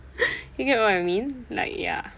you get what I mean like ya